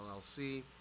LLC